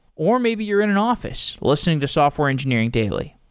or maybe you're in in office listening to software engineering daily.